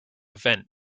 vent